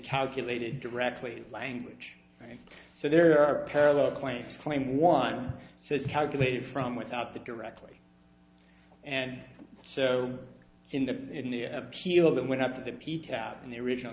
calculated directly language so there are parallel planes claim one has calculated from without the directly and so in the in the appeal that went up to the p tab in the original